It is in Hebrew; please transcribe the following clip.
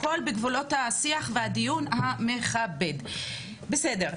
הכל בגבולות השיח והדיון המכבד, בסדר?